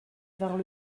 vinrent